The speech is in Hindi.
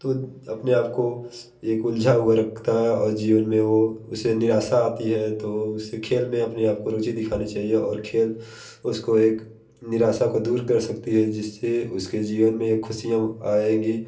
तो अपने आप को एक उलझा हुआ रखता है और जीवन में वो उसे निराशा आती है तो उसे खेल में अपने आप को रुचि दिखानी चाहिए खेल उसको एक निराशा को दूर कर सकती है जिससे उसके जीवन में खुशियाँ आएंगी